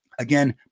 Again